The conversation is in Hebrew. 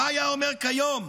מה היה אומר כיום,